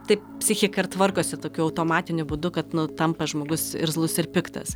taip psichika ir tvarkosi tokiu automatiniu būdu kad nu tampa žmogus irzlus ir piktas